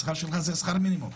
שכר מינימום.